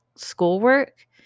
Schoolwork